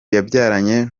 yabyaranye